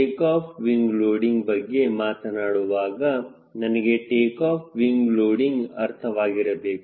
takeoff wing loading ಬಗ್ಗೆ ಮಾತನಾಡುವಾಗ ನನಗೆ ಟೇಕಾಫ್ ವಿಂಗ್ ಲೋಡಿಂಗ್ ಅರ್ಥವಾಗಿರಬೇಕು